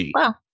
Wow